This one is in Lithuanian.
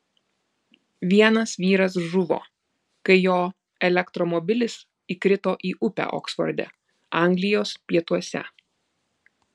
vienas vyras žuvo kai jo elektromobilis įkrito į upę oksforde anglijos pietuose